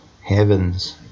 heavens